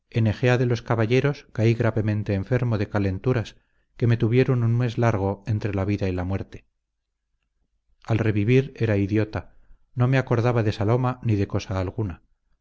ejea de los caballeros caí gravemente enfermo de calenturas que me tuvieron un mes largo entre la vida y la muerte al revivir era idiota no me acordaba de saloma ni de cosa alguna